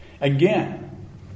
Again